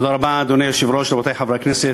אדוני היושב-ראש, תודה רבה, רבותי חברי הכנסת,